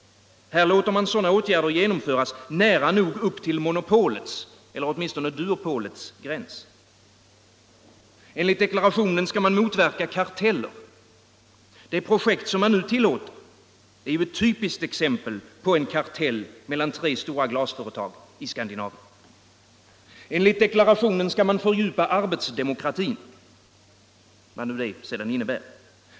Här låter man sådana åtgärder genomföras, nära nog upp till monopolets, eller åtminstone duopolets gräns. Enligt deklarationen skall man motverka karteller. Det projekt som man nu tillåter är ett typiskt exempel på en kartell mellan tre stora glasföretag i Skandinavien. Enligt deklarationen skall man fördjupa arbetsdemokratin.